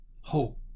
hope